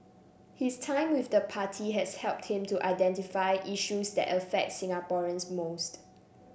his time with the party has helped him to identify issues that affect Singaporeans most